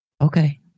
Okay